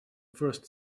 first